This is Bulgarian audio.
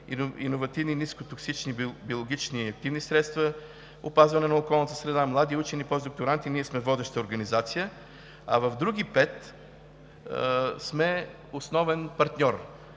иновативни и нискотоксични биологични активни средства, опазване на околната среда, млади учени, постдокторанти – ние сме водеща организация, а в други пет сме основен партньор.